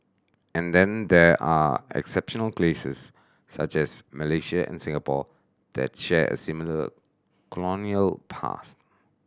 and then there are exceptional cases such as Malaysia and Singapore that share a similar colonial past